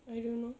I don't know